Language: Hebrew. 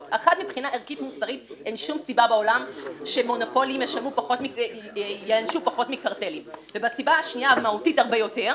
שלום לכולם, גברתי מנהלת הוועדה, יועצות משפטיות,